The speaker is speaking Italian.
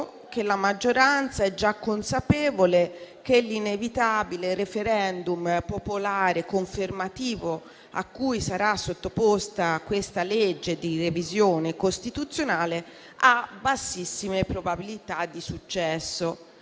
che la maggioranza è già consapevole che l'inevitabile *referendum* popolare confermativo a cui sarà sottoposta questa legge di revisione costituzionale ha bassissime probabilità di successo.